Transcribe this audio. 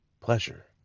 pleasure